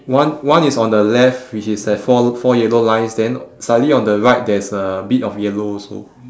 one one is on the left which is that four four yellow lines then slightly on the right there is a bit of yellow also